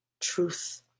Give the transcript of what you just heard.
truth